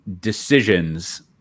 decisions